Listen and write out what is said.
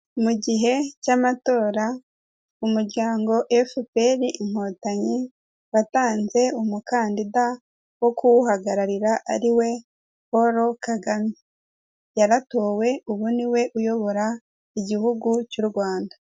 Mu gihe cy'amatora umuryango efuperi inkotanyi watanze umukandida wo kuwuhagararira ariwe Paul Kagame, yaratowe ubu niwe uyobora igihugu cy'u Rwanda.